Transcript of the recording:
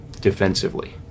defensively